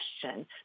question